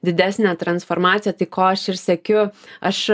didesnę transformaciją tai ko aš ir siekiu aš